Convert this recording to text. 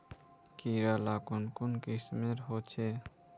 कीड़ा ला कुन कुन किस्मेर होचए?